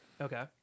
Okay